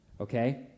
okay